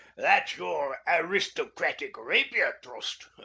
that's your aristocratic rapier thrust.